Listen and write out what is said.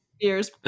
years